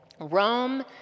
Rome